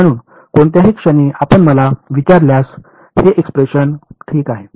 म्हणून कोणत्याही क्षणी आपण मला विचारल्यास हे एक्सप्रेशन ठीक आहे